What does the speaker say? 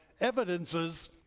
evidences